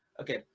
Okay